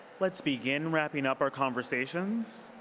let's begin wrapping up our conversations.